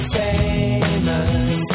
famous